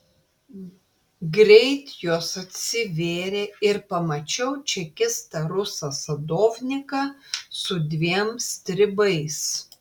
greit jos atsivėrė ir pamačiau čekistą rusą sadovniką su dviem stribais